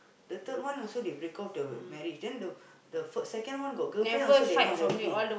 the third one also they break off the marriage then the the first second one got girlfriend also they not happy